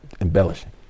embellishing